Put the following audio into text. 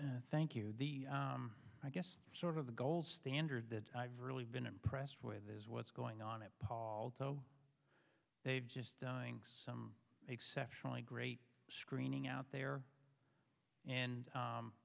inspection thank you the i guess sort of the gold standard that i've really been impressed with is what's going on at paul though they've just dying some exceptionally great screening out there and